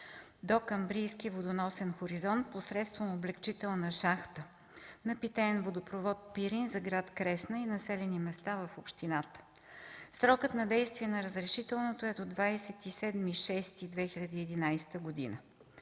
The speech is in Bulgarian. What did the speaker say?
Докамбрийски водоносен хоризонт, посредством облекчителна шахта на питеен водопровод – Пирин, за гр. Кресна и населени места в общината. Срокът на действие на разрешителното е до 27 юни 2011 г.